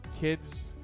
kids